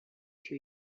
two